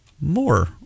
more